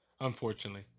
unfortunately